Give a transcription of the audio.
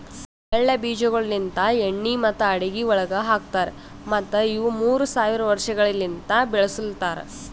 ಎಳ್ಳ ಬೀಜಗೊಳ್ ಲಿಂತ್ ಎಣ್ಣಿ ಮತ್ತ ಅಡುಗಿ ಒಳಗ್ ಹಾಕತಾರ್ ಮತ್ತ ಇವು ಮೂರ್ ಸಾವಿರ ವರ್ಷಗೊಳಲಿಂತ್ ಬೆಳುಸಲತಾರ್